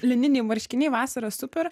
lininiai marškiniai vasarą super